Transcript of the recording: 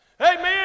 Amen